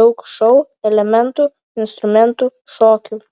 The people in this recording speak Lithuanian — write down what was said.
daug šou elementų instrumentų šokių